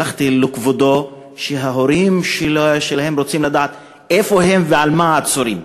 שלחתי לכבודו מכתב שההורים שלהם רוצים לדעת איפה הם ועל מה הם עצורים.